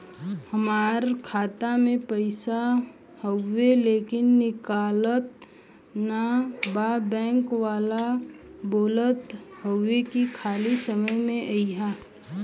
हमार खाता में पैसा हवुवे लेकिन निकलत ना बा बैंक वाला बोलत हऊवे की खाली समय में अईहा